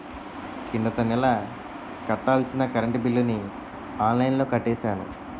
కిందటి నెల కట్టాల్సిన కరెంట్ బిల్లుని ఆన్లైన్లో కట్టేశాను